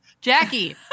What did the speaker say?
Jackie